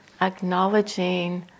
acknowledging